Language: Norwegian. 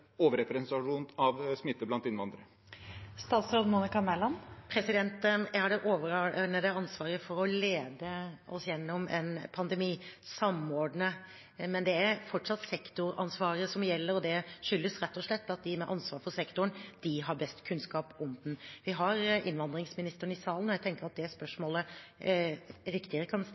overrepresentasjon av smitte blant innvandrere? Jeg har det overordnede ansvaret for å lede oss gjennom en pandemi, å samordne, men det er fortsatt sektoransvaret som gjelder, og det skyldes rett og slett at de med ansvaret for sektoren har best kunnskap om den. Vi har innvandringsministeren i salen, og jeg tenker at det spørsmålet riktigere kan